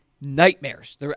nightmares